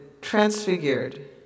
transfigured